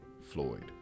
Floyd